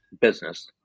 business